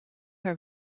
her